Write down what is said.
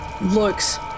looks